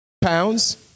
Pounds